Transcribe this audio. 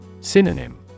Synonym